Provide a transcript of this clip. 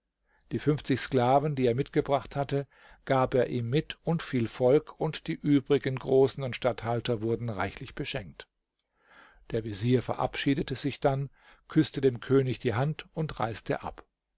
die fünfzig sklaven die er mitgebracht hatte gab er ihm mit und viel volk und die übrigen großen und statthalter wurden reichlich beschenkt der vezier verabschiedete sich dann küßte dem könig die hand und reiste ab